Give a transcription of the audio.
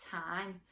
time